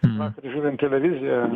vakar žiūrint televiziją